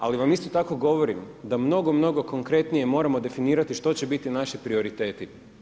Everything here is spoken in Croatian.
Ali vam isto tako govorim da mnogo, mnogo konkretnije moramo definirati što će biti naši prioriteti.